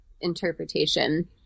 interpretation